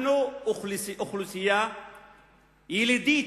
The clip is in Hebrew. אנחנו אוכלוסייה ילידית,